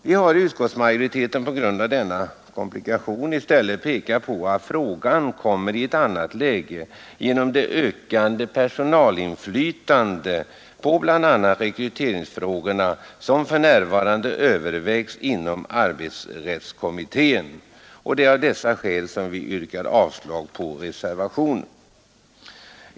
Vi har inom utskottsmajoriteten på grund av denna komplikation i stället pekat på att frågan kommer i ett annat läge genom det ökade personalinflytande på bl.a. rekryteringsfrågorna som för närvarande övervägs inom arbetsrättskommittén. Det är av dessa skäl vi yrkar avslag på reservationen.